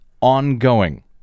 ongoing